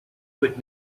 would